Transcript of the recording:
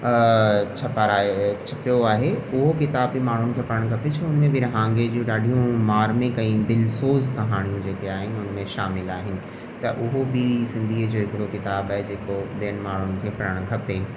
छपारायो छपियो आहे उहो किताब बि माण्हुनि खे पढ़णु खपे छो हुन में विरहांङे जूं ॾाढियूं मार्मिक ऐं दिलसोज़ कहाणी जेके आहिनि हुनमें शामिल आहिनि त उहो बि सिंधीअ जो हिकिड़ो किताबु आहे जेको ॿियनि माण्हुनि खे पढ़णु खपे